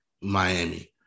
Miami